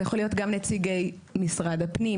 זה יכול להיות גם נציגי משרד הפנים,